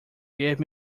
gave